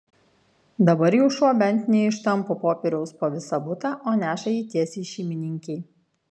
dabar jau šuo bent neištampo popieriaus po visą butą o neša jį tiesiai šeimininkei